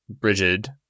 Brigid